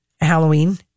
Halloween